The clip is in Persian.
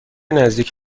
نزدیک